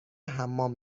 حمام